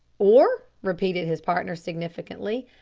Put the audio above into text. or? repeated his partner significantly.